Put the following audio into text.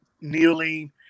kneeling